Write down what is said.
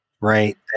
right